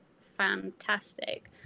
fantastic